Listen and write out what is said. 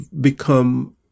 become